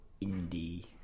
indie